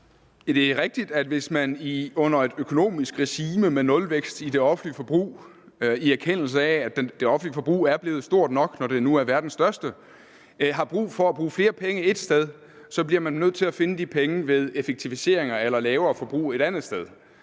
er rigtigt, at hvis man under et økonomisk regime med nulvækst i det offentlige forbrug i erkendelse af, at det offentlige forbrug er blevet stort nok, når det nu er verdens største, har brug for at bruge flere penge et sted, så bliver man nødt til at finde de penge ved effektiviseringer eller lavere forbrug et andet sted.